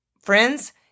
friends